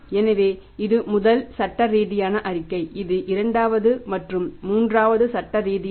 எனவே இது முதல் சட்டரீதியான அறிக்கை இது இரண்டாவது மற்றும் இது மூன்றாவது சட்டரீதியான அறிக்கை